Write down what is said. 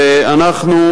ואנחנו,